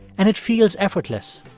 and it feels effortless.